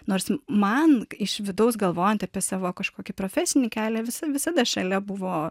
nors man iš vidaus galvojant apie savo kažkokį profesinį kelią visi visada šalia buvo